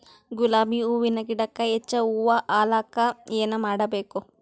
ಗುಲಾಬಿ ಹೂವಿನ ಗಿಡಕ್ಕ ಹೆಚ್ಚ ಹೂವಾ ಆಲಕ ಏನ ಮಾಡಬೇಕು?